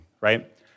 right